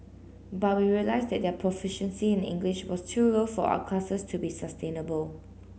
but we realised that their proficiency in English was too low for our classes to be sustainable